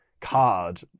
card